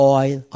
oil